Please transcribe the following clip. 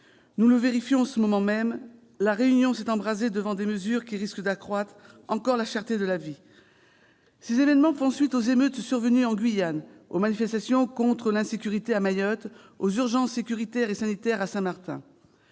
Nous le vérifions en ce moment même : La Réunion s'est embrasée devant des mesures qui risquent d'accroître encore la cherté de la vie. Ces événements font suite aux émeutes survenues en Guyane, aux manifestations contre l'insécurité à Mayotte, aux urgences sécuritaires et sanitaires à Saint-Martin.